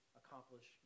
accomplish